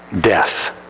Death